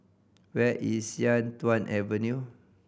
where is Sian Tuan Avenue